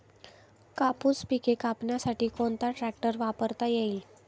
कापूस पिके कापण्यासाठी कोणता ट्रॅक्टर वापरता येईल?